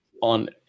on